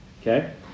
Okay